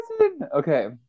okay